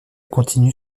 continue